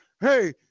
hey